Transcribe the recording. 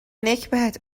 نکبت